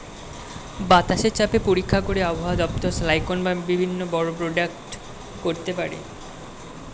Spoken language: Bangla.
বাতাসে চাপ পরীক্ষা করে আবহাওয়া দপ্তর সাইক্লোন বা বিভিন্ন ঝড় প্রেডিক্ট করতে পারে